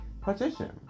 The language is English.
partition